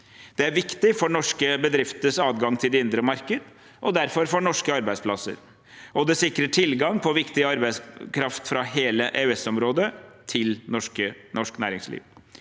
Det er viktig for norske bedrifters adgang til det indre marked og derfor for norske arbeidsplasser. – Det sikrer tilgang på viktig arbeidskraft fra hele EØSområdet til norsk næringsliv.